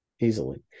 easily